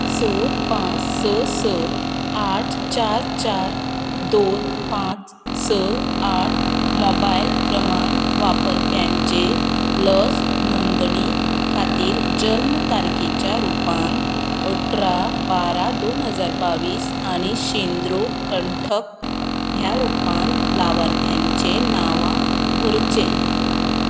स पांच स स आठ चार चार दोन पांच स आठ मोबायल क्रमांक वापरप्याचें लस नोंदणी खातीर जल्म तारखेच्या रुपान अठरा बारा दोन हजार बावीस आनी शेंद्रो कंठक ह्या रुपान लावार्थ्यांचें नांव भरचें